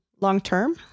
long-term